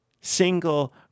single